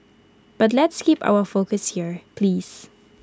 but let's keep our focus here please